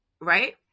right